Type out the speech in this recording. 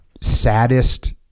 saddest